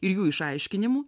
ir jų išaiškinimų